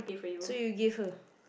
so you gave her